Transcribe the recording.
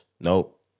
nope